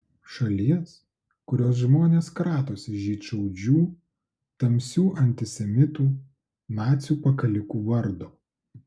šalies kurios žmonės kratosi žydšaudžių tamsių antisemitų nacių pakalikų vardo